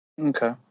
Okay